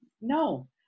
no